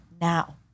now